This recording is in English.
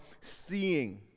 seeing